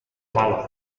pala